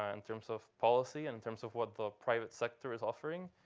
ah in terms of policy, in terms of what the private sector is offering.